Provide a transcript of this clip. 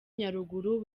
nyaruguru